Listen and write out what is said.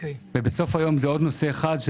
ובסוף היום עוד נושא אחד,